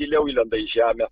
giliau įlenda į žemę